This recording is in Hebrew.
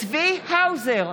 צבי האוזר,